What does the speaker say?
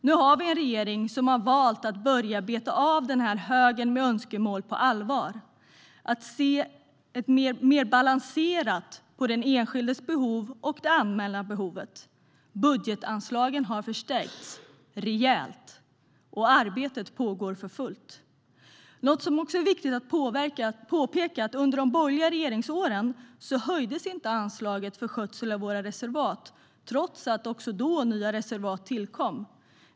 Nu har vi en regering som har valt att börja beta av högen med önskemål på allvar, se mer balanserat på de enskildas behov och det allmänna behovet. Budgetanslagen har förstärkts - rejält. Arbetet pågår för fullt. Något som är viktigt att påpeka: Under de borgerliga regeringsåren höjdes inte anslaget för skötsel av våra reservat trots att nya reservat tillkom också då.